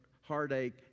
heartache